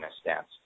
stance